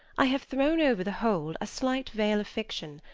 i have thrown over the whole a slight veil of fiction,